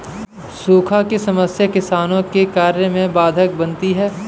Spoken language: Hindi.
सूखा की समस्या किसानों के कार्य में बाधक बनती है